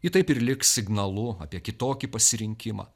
ji taip ir liks signalu apie kitokį pasirinkimą